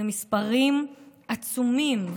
אלה מספרים עצומים.